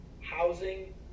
housing